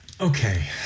Okay